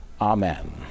Amen